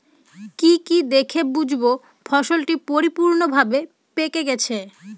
কি কি দেখে বুঝব ফসলটি পরিপূর্ণভাবে পেকে গেছে?